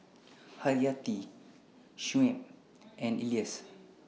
Hayati Shuib and Elyas